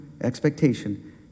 expectation